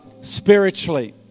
spiritually